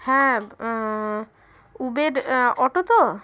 হ্যাঁ Uber auto তো